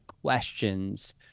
questions